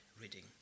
reading